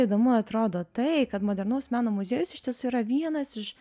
įdomu atrodo tai kad modernaus meno muziejus iš tiesų yra vienas iš